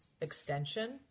extension